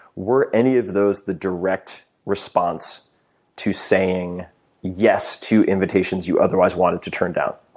were any of those the direct response to saying yes to invitations you otherwise wanted to turn down,